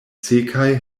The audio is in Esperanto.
sekaj